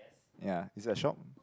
yea is a shop